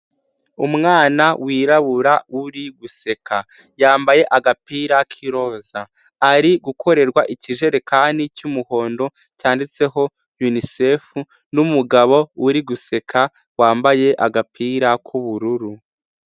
Umwana wirabura uri guseka yambaye agapira k'iroza, ari gukorerwa ikijerekani cy'umuhondo cyanditseho UNICEF n'umugabo uri guseka wambaye agapira k'ubururu.